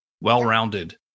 well-rounded